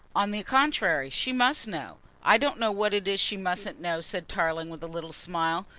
on the contrary, she must know. i don't know what it is she mustn't know, said tarling with a little smile,